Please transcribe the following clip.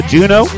Juno